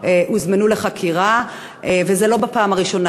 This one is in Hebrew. הוזמנו לחקירה, וזו לא הפעם הראשונה.